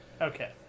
Okay